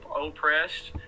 oppressed